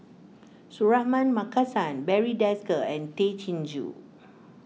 Suratman Markasan Barry Desker and Tay Chin Joo